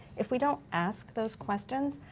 if we don't ask those questions,